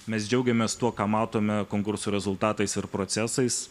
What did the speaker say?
mes džiaugiamės tuo ką matome konkursų rezultatais ar procesais